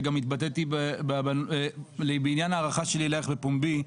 וגם התבטאתי בעניין ההערכה שלי אלייך בפומבי,